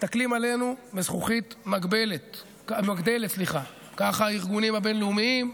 מסתכלים עלינו בזכוכית מגדלת ככה הארגונים הבין-לאומיים,